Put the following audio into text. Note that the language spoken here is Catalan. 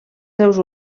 seus